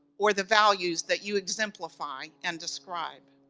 or the values that you exemplify and describe.